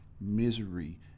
misery